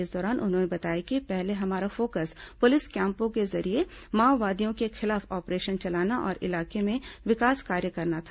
इस दौरान उन्होंने बताया कि पहले हमारा फोकस पुलिस कैम्पों के जरिये माओवादियों के खिलाफ ऑपरेशन चलाना और इलाके में विकास कार्य करना था